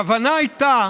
הכוונה הייתה